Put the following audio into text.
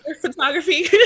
photography